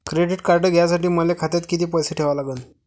Credit card घ्यासाठी मले खात्यात किती पैसे ठेवा लागन?